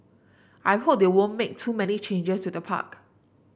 I hope they won't make too many changes to the park